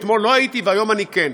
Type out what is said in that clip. אתמול לא הייתי והיום אני כן.